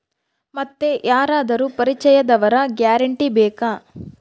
ಮತ್ತೆ ಯಾರಾದರೂ ಪರಿಚಯದವರ ಗ್ಯಾರಂಟಿ ಬೇಕಾ?